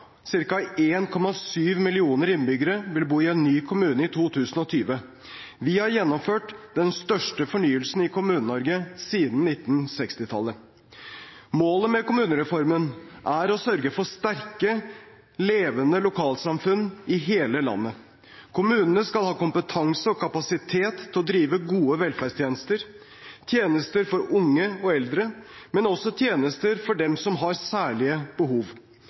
ved lag. Cirka 1,7 millioner innbyggere vil bo i en ny kommune i 2020. Vi har gjennomført den største fornyelsen i Kommune-Norge siden 1960-tallet. Målet med kommunereformen er å sørge for sterke, levende lokalsamfunn i hele landet. Kommunene skal ha kompetanse og kapasitet til å drive gode velferdstjenester – tjenester for unge og eldre, men også tjenester for dem som har særlige behov.